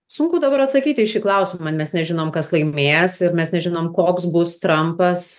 sunku dabar atsakyt į šį klausimą mes nežinom kas laimės ir mes nežinom koks bus trampas